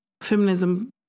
feminism